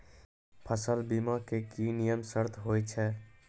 फसल बीमा के की नियम सर्त होय छै?